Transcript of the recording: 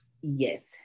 yes